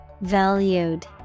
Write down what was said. Valued